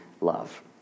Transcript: love